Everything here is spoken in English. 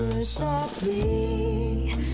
Softly